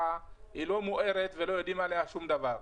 היא לא מוארת ולא יודעים עליה שום דבר.